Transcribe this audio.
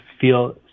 feel